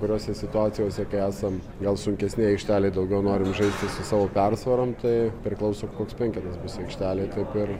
kuriose situacijose kai esam gal sunkesnėj aikštelėj daugiau norim žaisti su savo persvarom tai priklauso koks penketas bus aikštelėj taip ir